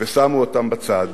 ושמו אותם בצד.